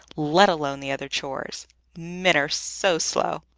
let alone the other chores men are so slow!